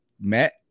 met